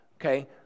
okay